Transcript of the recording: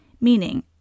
meaning